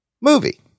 movie